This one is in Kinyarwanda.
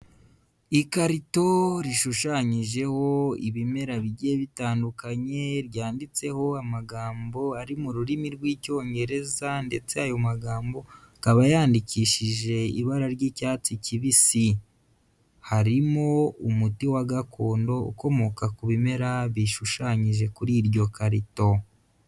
Ikarito rishushanyijeho ibimera bigiye bitandukanye, ryanditseho amagambo ari mu rurimi rw'Icyongereza ndetse ayo magambo akaba yandikishije ibara ry'icyatsi kibisi. Harimo umuti wa gakondo ukomoka ku bimera bishushanyije kuri iryo karito.